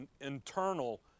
internal